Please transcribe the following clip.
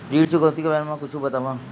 ऋण चुकौती के बारे मा कुछु बतावव?